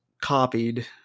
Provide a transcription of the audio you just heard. copied